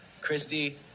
Christy